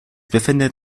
befindet